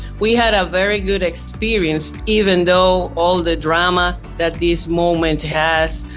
we had a very good experience, even though all the drama that this moment has,